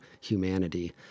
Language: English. humanity